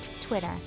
Twitter